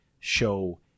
show